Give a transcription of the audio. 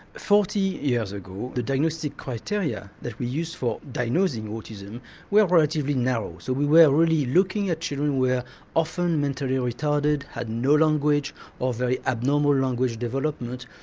forty years ago the diagnostic criteria that we use for diagnosing autism were relatively narrow so we were really looking at children who were often mentally retarded, had no language or very abnormal language development.